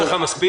יש לך מספיק?